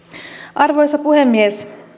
arvoisa puhemies